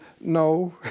no